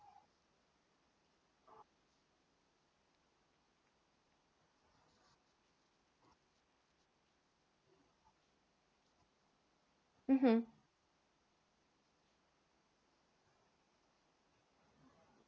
mmhmm